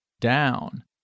down